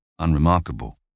unremarkable